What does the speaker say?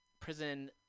prison